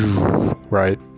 right